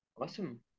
Awesome